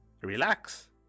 relax